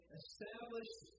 established